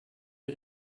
wie